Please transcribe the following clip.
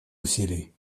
усилий